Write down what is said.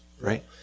right